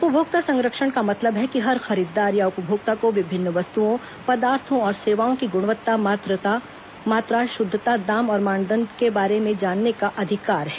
उपभोक्ता संरक्षण का मतलब है कि हर खरीददार या उपभोक्ता को विभिन्न वस्तुओं पदार्थो और सेवाओं की गुणवत्ता मात्रा शुद्धता दाम और मानदंड के बारे में जानने का पूरा अधिकार है